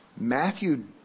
Matthew